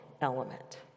element